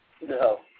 No